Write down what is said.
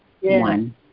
one